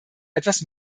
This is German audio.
etwas